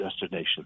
destination